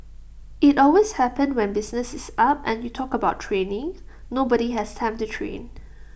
IT always happens when business is up and you talk about training nobody has time to train